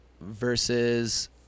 versus